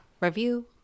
review